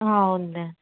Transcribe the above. ఉందండి